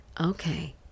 Okay